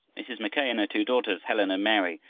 mrs. mackay and her two daughters, helen and mary,